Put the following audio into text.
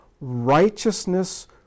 Righteousness